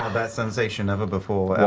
um that sensation ever before.